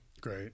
great